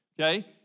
okay